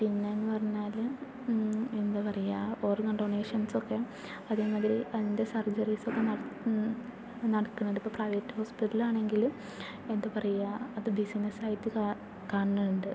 പിന്നെയെന്ന് പറഞ്ഞാല് എന്താ പറയുക ഓർഗൺ ഡൊണേഷൻസൊക്കെ അതിന്ന് അവര് അതിൻ്റെ സർജറീസൊക്കെ നടക്കണണ്ട് ഇപ്പോൾ പ്രൈവറ്റ് ഹോസ്പിറ്റലാണെങ്കില് എന്താ പറയുക അത് ബിസിനസ്സായിട്ട് കാണുന്നുണ്ട്